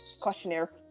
questionnaire